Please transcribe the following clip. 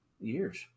years